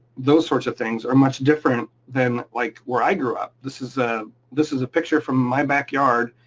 those sorts of things are much different, than like where i grew up. this is ah this is a picture from my backyard,